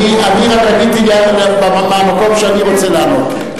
אני רק עניתי לו מהמקום שאני רוצה לענות.